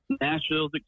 Nashville's